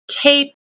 tape